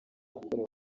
yakorewe